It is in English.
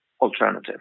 alternative